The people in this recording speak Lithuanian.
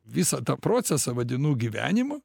visą tą procesą vadinu gyvenimu